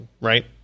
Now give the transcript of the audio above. right